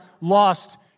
lost